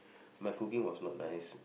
my cooking was not nice